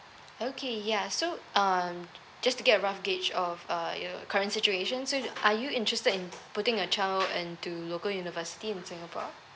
okay ya so um just to get a rough gauge of uh your current situation so are you interested in putting your child into local university in singapore